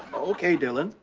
ok, dylan.